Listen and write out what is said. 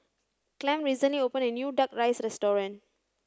Clem recently opened a new duck rice restaurant